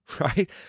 right